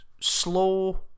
slow